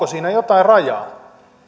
siinä jotain rajaa